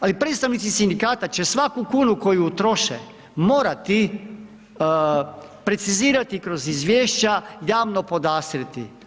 Ali, predstavnici sindikata će svaku kunu koju utroše morati precizirati kroz izvješća javno podastreti.